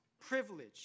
privilege